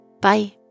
Bye